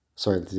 Sorry